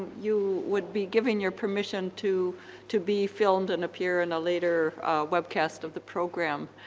you would be giving your permission to to be filmed and appear in a later webcast of the program.